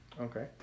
Okay